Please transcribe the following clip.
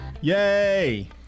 Yay